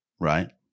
Right